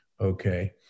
okay